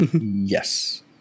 Yes